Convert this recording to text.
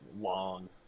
long